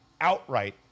outright